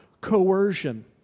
coercion